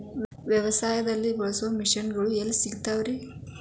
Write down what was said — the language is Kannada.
ವ್ಯವಸಾಯದಲ್ಲಿ ಬಳಸೋ ಮಿಷನ್ ಗಳು ಎಲ್ಲಿ ಸಿಗ್ತಾವ್ ರೇ?